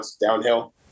downhill